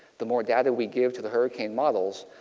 the more data we give to the hurricane models.